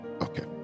Okay